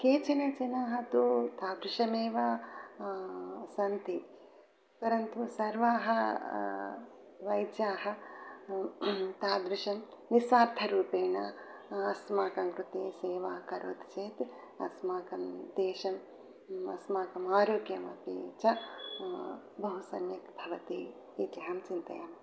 केचन जनाः तु तादृशमेव सन्ति परन्तु सर्वे वैद्याः तादृशं निस्वार्थरूपेण अस्माकं कृते सेवां करोति चेत् अस्माकं देशः अस्माकम् आरोग्यमपि च बहु सम्यक् भवति इति अहं चिन्तयामि